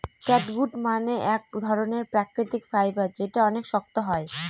catgut মানে এক ধরনের প্রাকৃতিক ফাইবার যেটা অনেক শক্ত হয়